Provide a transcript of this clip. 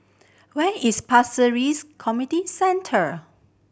where is Pasir Ris Community Center